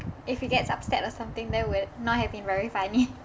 if he gets upset or something that would not have been very funny